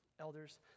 elders